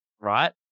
right